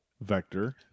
vector